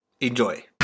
Enjoy